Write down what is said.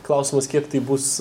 klausimas kiek tai bus